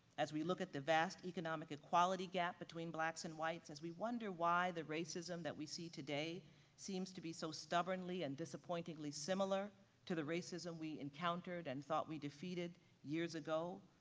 as we look at the vast economic equality gap between blacks and whites as we wonder why the racism that we see today seems to be so stubbornly and disappointingly similar to the racism we encountered and thought we defeated years ago,